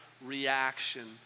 reaction